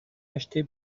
acheté